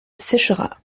sécheras